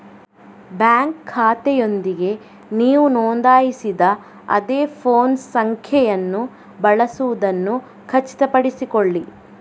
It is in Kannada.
ಬ್ಯಾಂಕ್ ಖಾತೆಯೊಂದಿಗೆ ನೀವು ನೋಂದಾಯಿಸಿದ ಅದೇ ಫೋನ್ ಸಂಖ್ಯೆಯನ್ನು ಬಳಸುವುದನ್ನು ಖಚಿತಪಡಿಸಿಕೊಳ್ಳಿ